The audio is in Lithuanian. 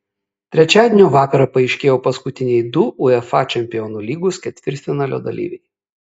trečiadienio vakarą paaiškėjo paskutiniai du uefa čempionų lygos ketvirtfinalio dalyviai